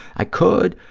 i could.